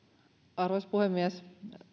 arvoisa puhemies